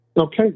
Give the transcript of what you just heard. Okay